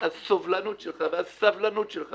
הסובלנות שלך והסבלנות שלך